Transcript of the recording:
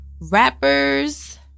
Rappers